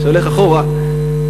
שהולך אחורה,